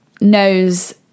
knows